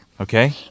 okay